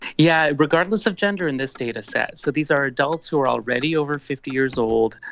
yeah regardless of gender in this dataset, so these are adults who are already over fifty years old,